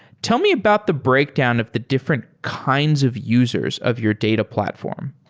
tell me about the breakdown of the different kinds of users of your data platform.